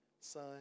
son